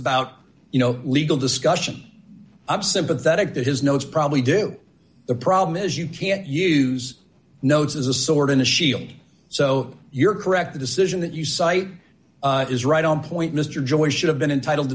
about you know legal discussion i'm sympathetic to his notes probably do the problem is you can't use notes as a sword in a shield so you're correct the decision that you cite is right on point mr joyce should have been entitled